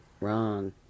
wrong